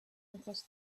across